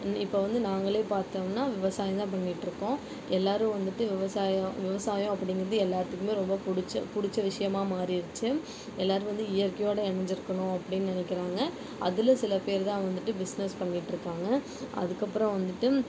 இப்போ வந்து நாங்களே பாத்தோம்னா விவசாயந்தான் பண்ணிட்டுருக்கோம் எல்லோரும் வந்துவிட்டு விவசாயம் விவசாயம் அப்படிங்கிறது எல்லோத்துக்குமே ரொம்ப புடிச்ச புடிச்ச விஷயமாக மாறிடுச்சு எல்லோரும் வந்து இயற்கையோடு இணைஞ்சிருக்கணும் அப்டின்னு நெனைக்கிறாங்க அதில் சில பேர் தான் வந்துவிட்டு பிஸ்னஸ் பண்ணிட்டுருக்காங்க அதுக்கப்றம் வந்துவிட்டு